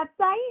website